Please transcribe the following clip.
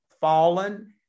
fallen